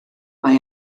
mae